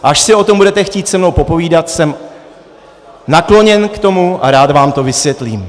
Až si o tom budete chtít se mnou popovídat, jsem nakloněn tomu a rád vám to vysvětlím.